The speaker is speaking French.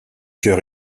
cœur